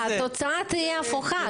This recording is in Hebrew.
התוצאה תהיה הפוכה.